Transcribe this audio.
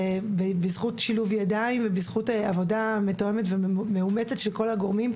זה בזכות שילוב ידיים ובזכות עבודה מתואמת ומאומצת של כל הגורמים,